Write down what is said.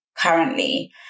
currently